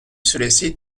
süresi